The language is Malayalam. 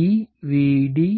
ആണ്